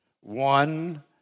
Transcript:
one